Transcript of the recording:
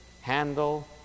handle